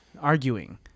arguing